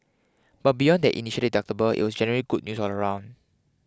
but beyond that initial deductible it was generally good news all round